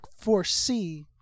foresee